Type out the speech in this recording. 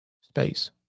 space